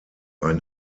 ein